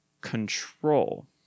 control